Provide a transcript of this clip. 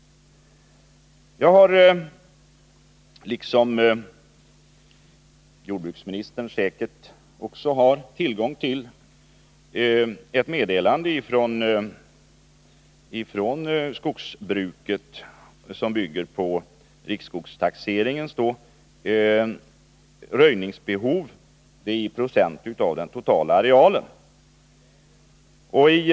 Jag har — och det har säkert också jordbruksministern — tillgång till ett meddelande från skogsstyrelsen. Det är fråga om röjningsbehovet i procent av den totala arealen enligt riksskogstaxeringen.